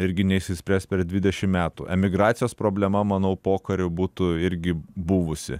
irgi neišsispręs per dvidešim metų emigracijos problema manau pokariu būtų irgi buvusi